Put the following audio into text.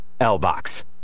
LBOX